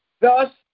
thus